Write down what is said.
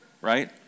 right